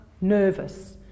nervous